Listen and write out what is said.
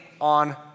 on